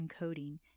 encoding